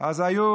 אבא שלי,